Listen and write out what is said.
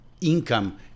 income